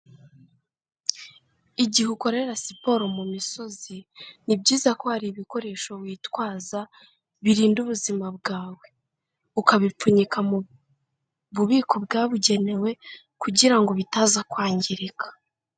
Igihe ukorera siporo mu misozi, ni byiza ko hari ibikoresho witwaza birinda ubuzima bwawe, ukabipfunyika mu bubiko bwabugenewe kugira ngo bitaza kwangirika.